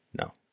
No